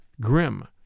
grim